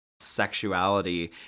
sexuality